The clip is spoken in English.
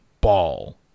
ball